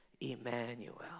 Emmanuel